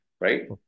right